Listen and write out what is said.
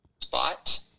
spot